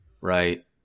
right